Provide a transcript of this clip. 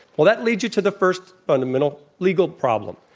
well, that leads you to the first fundamental legal problem.